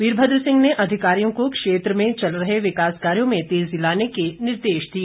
वीरभद्र सिंह ने अधिकारियों को क्षेत्र में चल रहे विकास कार्यों में तेजी लाने के निर्देश दिए